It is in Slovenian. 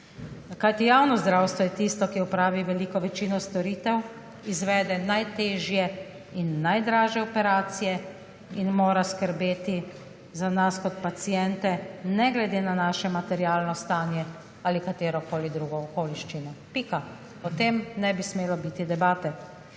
Kajti javno zdravstvo je tisto, ki opravi veliko večino storitev, izvede najtežje in najdražje operacije in mora skrbeti za nas kot paciente, **51. TRAK: (DAG) – 13.10** (nadaljevanje) ne glede na naše materialno stanje ali katerokoli drugo okoliščino. Pika. O tem ne bi smelo biti debate.